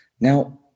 Now